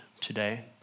today